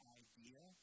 idea